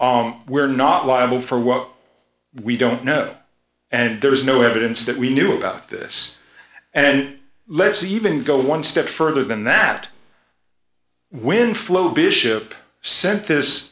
we're not liable for what we don't know and there's no evidence that we knew about this and let's even go one step further than that when flo bishop sent this